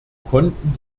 konnten